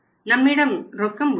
நம்மிடம் ரொக்கம் உள்ளது